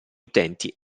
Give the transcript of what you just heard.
utenti